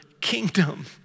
kingdom